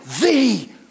thee